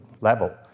level